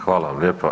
Hvala vam lijepa.